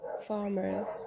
farmers